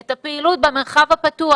את הפעילות במרחב הפתוח.